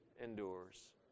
endures